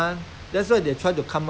then if got the demand